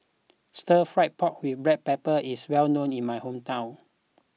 Stir Fried Pork with Black Pepper is well known in my hometown